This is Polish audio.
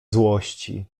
złości